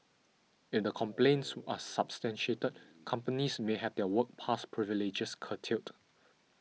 if the complaints are substantiated companies may have their work pass privileges curtailed